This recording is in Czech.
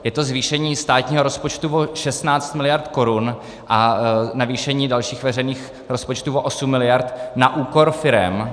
Je to zvýšení státního rozpočtu o 16 miliard korun a navýšení dalších veřejných rozpočtů o 8 miliard na úkor firem.